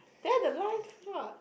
there the line frog